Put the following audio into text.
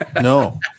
No